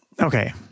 okay